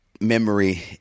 memory